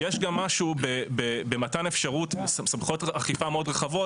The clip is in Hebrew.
יש גם משהו במתן אפשרות בסמכויות אכיפה רחבות